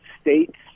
States